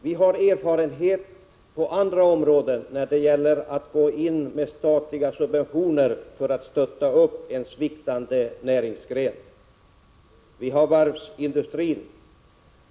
Vi har erfarenhet på andra områden när det gäller att gå in med statliga subventioner för att stötta en sviktande näringsgren — vi har varvsindustrin.